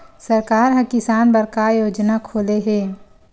सरकार ह किसान बर का योजना खोले हे?